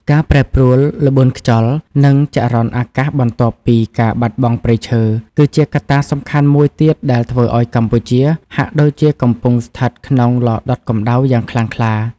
ការប្រែប្រួលល្បឿនខ្យល់ និងចរន្តអាកាសបន្ទាប់ពីការបាត់បង់ព្រៃឈើ គឺជាកត្តាសំខាន់មួយទៀតដែលធ្វើឱ្យកម្ពុជាហាក់ដូចជាកំពុងស្ថិតក្នុងឡដុតកម្ដៅយ៉ាងខ្លាំងក្លា។